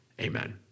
amen